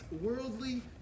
worldly